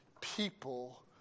people